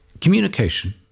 communication